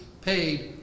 paid